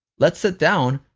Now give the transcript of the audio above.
let's sit down,